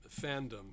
fandom